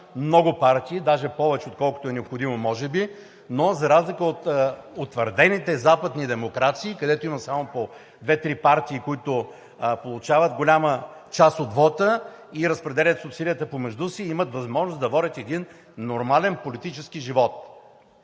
много партии, даже повече, отколкото е необходим може би, но за разлика от утвърдените западни демокрации, където има само по две-три партии, които получават голяма част от вота и разпределят субсидията помежду си, имат възможност да водят един нормален политически живот.